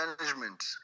management